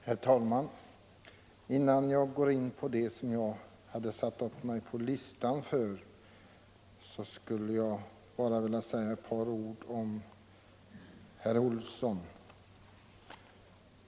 Herr talman! Innan jag går in på det som jag hade anmält mig på talarlistan för att säga vill jag rikta några ord till herr Olsson i Stockholm.